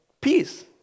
peace